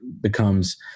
becomes